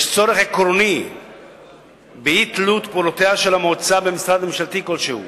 יש צורך עקרוני באי-תלות פעולותיה של המועצה במשרד ממשלתי כלשהו,